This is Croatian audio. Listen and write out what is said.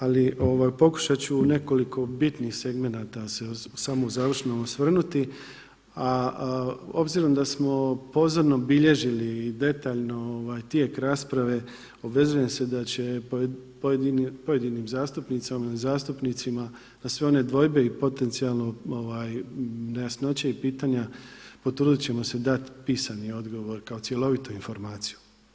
Ali pokušat ću u nekoliko bitnih segmenata se samo u završnom osvrnuti, a obzirom da smo pozorno bilježili i detaljno tijek rasprave obvezujem da će se pojedinim zastupnicama i zastupnicima za sve one dvojbe i potencijalno nejasnoće i pitanja potrudit ćemo se dat pisani odgovor kao cjelovitu informaciju.